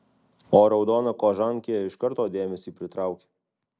o raudona kožankė iš karto dėmesį pritraukia